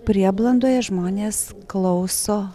prieblandoje žmonės klauso